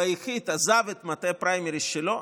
הוא עזב את מטה הפריימריז שלו,